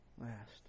last